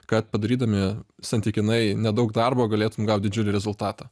kad padarydami santykinai nedaug darbo galėtum gauti didžiulį rezultatą